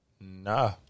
nah